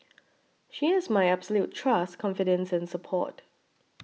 she has my absolute trust confidence and support